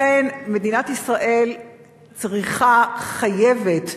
לכן מדינת ישראל צריכה, חייבת,